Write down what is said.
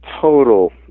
total